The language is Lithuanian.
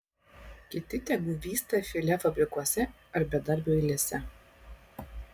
kiti tegu vysta filė fabrikuose ar bedarbių eilėse